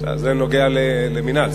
טוב, זה נוגע למינהל.